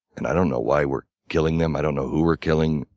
and i don't know why we're killing them i don't know who we're killing.